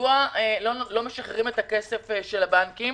למה לא משחררים את הכסף של הבנקים.